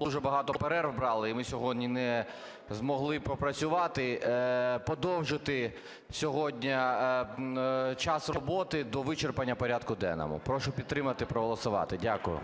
дуже багато перерв брали, і ми сьогодні не змогли попрацювати, подовжити сьогодні час роботи до вичерпання порядку денного. Прошу підтримати і проголосувати. Дякую.